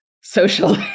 social